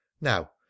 Now